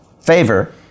favor